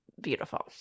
beautiful